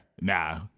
Nah